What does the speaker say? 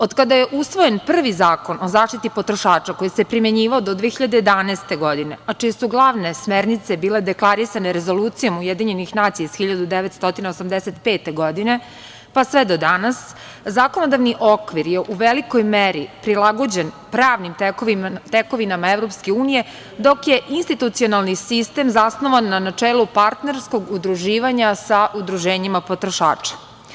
Od kada je usvojen prvi Zakon o zaštiti potrošača, koji se primenjivao do 2011. godine, a čije su glavne smernice bile deklarisane Rezolucijom UN iz 1985. godine, pa sve do danas, zakonodavni okvir je u velikoj meri prilagođen pravnim tekovinama EU dok je institucionalni sistem zasnovan na načelu partnerskog udruživanja sa udruženjima potrošača.